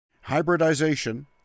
hybridization